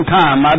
time